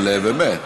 אבל באמת.